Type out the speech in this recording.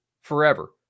forever